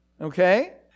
Okay